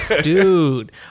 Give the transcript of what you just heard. dude